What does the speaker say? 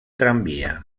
tranvía